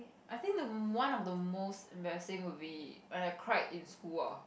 I think the one of the most embarrassing would be when I cried in school ah